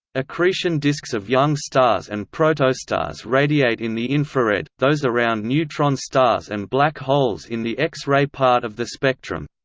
accretion disks of young stars and protostars radiate in the infrared those around neutron stars and black holes in the x-ray part of the spectrum.